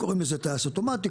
קוראים לזה טייס אוטומטי,